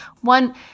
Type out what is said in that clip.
One